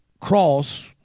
cross